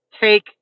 take